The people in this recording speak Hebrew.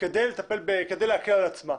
כדי להקל על עצמה.